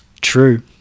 True